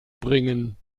bringen